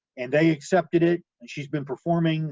and they accepted it and she's been performing